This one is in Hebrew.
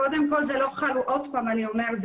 קודם על עוד פעם אני אומרת,